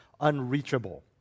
unreachable